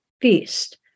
feast